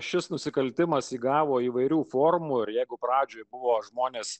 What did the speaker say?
šis nusikaltimas įgavo įvairių formų ir jeigu pradžioje buvo žmonės